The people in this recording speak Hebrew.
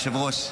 היושב-ראש?